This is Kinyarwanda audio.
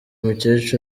muceri